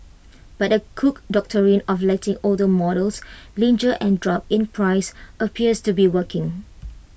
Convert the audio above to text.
but the cook Doctrine of letting older models linger and drop in price appears to be working